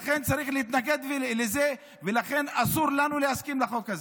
לכן צריך להתנגד לזה ולכן אסור לנו להסכים לחוק הזה.